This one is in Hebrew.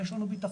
יש לנו ביטחון.